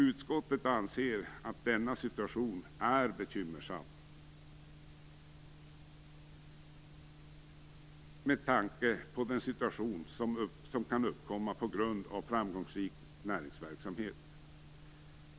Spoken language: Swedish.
Utskottet anser att denna situation är bekymmersam med tanke på den situation som kan uppkomma på grund av framgångsrik näringsverksamhet.